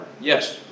Yes